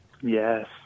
Yes